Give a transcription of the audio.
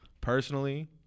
Personally